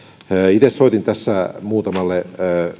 itse soitin muutamalle